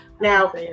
Now